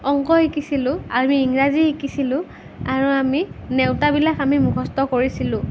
অংক শিকিছিলোঁ আৰু ইংৰাজী শিকিছিলোঁ আৰু আমি নেওঁতাবিলাক আমি মূখস্থ কৰিছিলোঁ